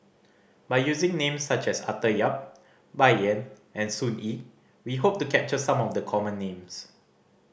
by using names such as Arthur Yap Bai Yan and Sun Yee we hope to capture some of the common names